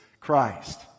Christ